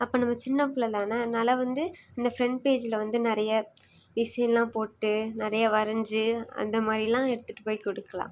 அப்போ நம்ம சின்ன பிள்ளதான அதனால வந்து இந்த ஃப்ரண்ட் பேஜ்ஜில் வந்து நிறைய டிசைன் எல்லாம் போட்டு நிறைய வரஞ்சி அந்த மாதிரிலாம் எடுத்துகிட்டு போய் கொடுக்குலாம்